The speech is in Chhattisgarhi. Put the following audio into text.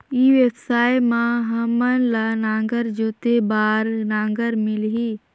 ई व्यवसाय मां हामन ला नागर जोते बार नागर मिलही?